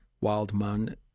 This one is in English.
Wildman